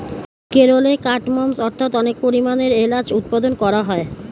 কেরলে কার্ডমমস্ অর্থাৎ অনেক পরিমাণে এলাচ উৎপাদন করা হয়